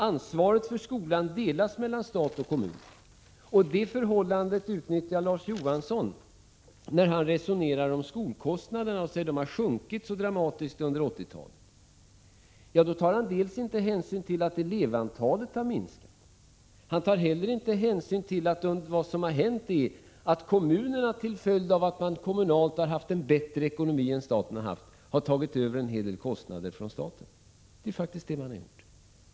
Ansvaret för skolan delas mellan stat och kommun. Det förhållandet utnyttjar Larz Johansson när han resonerar om skolkostnaderna och säger att de har sjunkit dramatiskt under 1980-talet. När han säger det tar han inte hänsyn till dels att elevantalet har minskat, dels att kommunerna -— till följd av att de totalt har haft en bättre ekonomi än staten — har tagit över en hel del kostnader från staten. Det har kommunerna faktiskt gjort.